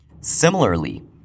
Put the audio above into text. Similarly